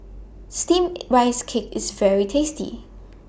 Steamed Rice Cake IS very tasty